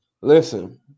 Listen